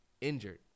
injured